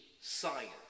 science